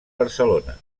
barcelona